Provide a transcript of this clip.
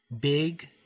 big